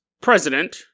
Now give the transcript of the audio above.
president